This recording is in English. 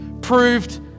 proved